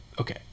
Okay